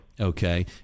Okay